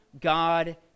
God